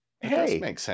Hey